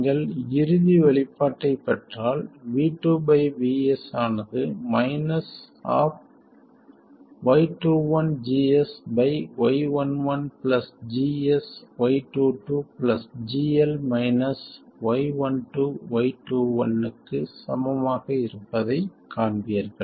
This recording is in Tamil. நீங்கள் இறுதி வெளிப்பாட்டைப் பெற்றால் v 2 v s ஆனது y11 GS y22 GL y12 y21 க்கு சமமாக இருப்பதைக் காண்பீர்கள்